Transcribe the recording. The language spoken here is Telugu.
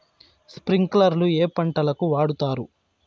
స్ప్రింక్లర్లు ఏ పంటలకు వాడుతారు?